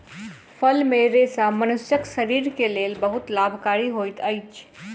फल मे रेशा मनुष्यक शरीर के लेल बहुत लाभकारी होइत अछि